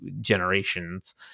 generations